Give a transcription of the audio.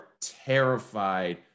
terrified